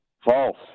False